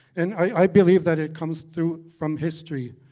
and i believe that it comes through from history.